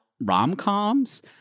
rom-coms